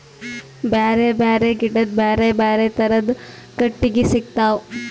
ಬ್ಯಾರೆ ಬ್ಯಾರೆ ಗಿಡದ್ ಬ್ಯಾರೆ ಬ್ಯಾರೆ ಥರದ್ ಕಟ್ಟಗಿ ಸಿಗ್ತವ್